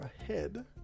Ahead